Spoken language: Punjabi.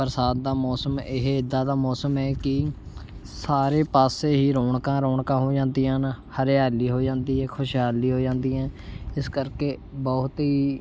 ਬਰਸਾਤ ਦਾ ਮੌਸਮ ਇਹ ਇੱਦਾਂ ਦਾ ਮੌਸਮ ਹੈ ਕਿ ਸਾਰੇ ਪਾਸੇ ਹੀ ਰੌਣਕਾਂ ਰੌਣਕਾਂ ਹੋ ਜਾਂਦੀਆਂ ਹਨ ਹਰਿਆਲੀ ਹੋ ਜਾਂਦੀ ਹੈ ਖੁਸ਼ਹਾਲੀ ਹੋ ਜਾਂਦੀ ਹੈ ਇਸ ਕਰਕੇ ਬਹੁਤ ਹੀ